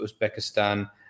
uzbekistan